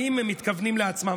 האם הם מתכוונים לעצמם?